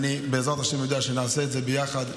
בעזרת השם, אני יודע שנעשה את זה יחד.